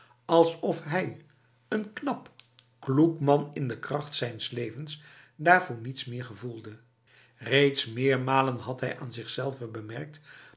alsof hij n knap kloek man in de kracht zijns levens daarvoor niets meer gevoelde reeds meermalen had hij aan zichzelve bemerkt